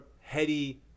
heady